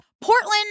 Portland